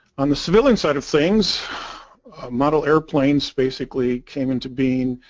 on the civilian side of things model airplanes basically came into being a